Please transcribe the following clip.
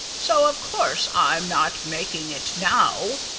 so, of course, i'm not making it now.